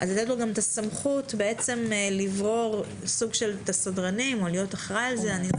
צריך לתת לו גם סמכות לברור את הסדרנים או להיות על אחראי על זה.